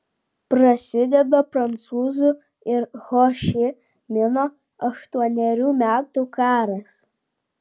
prasideda prancūzų ir ho ši mino aštuonerių metų karas